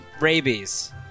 rabies